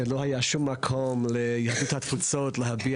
כשלא היה שום מקום ליהדות התפוצות להביע